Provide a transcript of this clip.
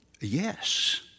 Yes